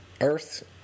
earth